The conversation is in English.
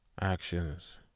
actions